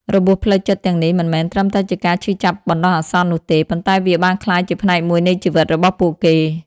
របួសផ្លូវចិត្តទាំងនេះមិនមែនត្រឹមតែជាការឈឺចាប់បណ្តោះអាសន្ននោះទេ ប៉ុន្តែវាបានក្លាយជាផ្នែកមួយនៃជីវិតរបស់ពួកគេ។